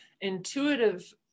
intuitive